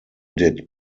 did